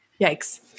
Yikes